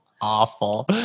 Awful